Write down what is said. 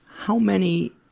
how many,